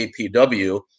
APW